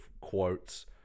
quotes